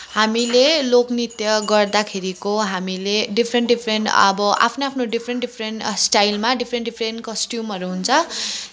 हामीले लोकनृत्य गर्दाखेरिको हामीले डिफरेन्ट डिफरेन्ट अब आफ्नो आफ्नो डिफरेन्ट डिफरेन्ट स्टाइलमा डिफरेन्ट डिफरेन्ट कस्ट्युमहरू हुन्छ